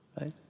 right